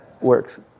works